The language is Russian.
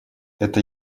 это